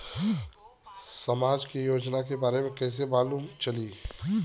समाज के योजना के बारे में कैसे मालूम चली?